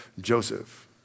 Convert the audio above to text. Joseph